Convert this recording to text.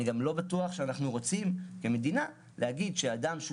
אני גם לא בטוח שאנחנו רוצים כמדינה להגיד שאדם שהוא